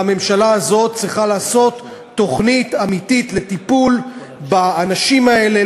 והממשלה הזאת צריכה לעשות תוכנית אמיתית לטיפול באנשים האלה,